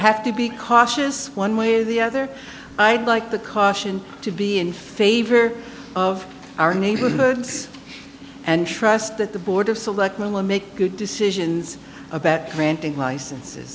have to be cautious one way or the other i'd like the caution to be in favor of our neighborhoods and trust that the board of selectmen will make good decisions about granting licenses